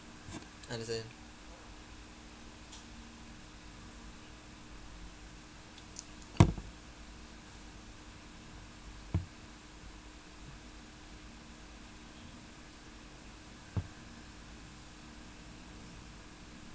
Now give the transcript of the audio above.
understand